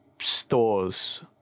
stores